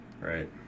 Right